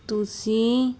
ਤੁਸੀਂ